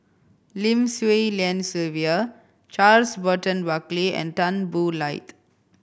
Lim Swee Lian Sylvia Charles Burton Buckley and Tan Boo Liat